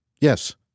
Yes